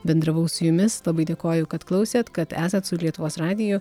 bendravau su jumis labai dėkoju kad klausėte kad esat su lietuvos radiju